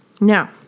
Now